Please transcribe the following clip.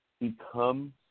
become